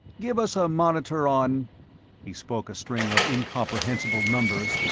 give us a monitor on he spoke a string of incomprehensible numbers,